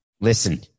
Listen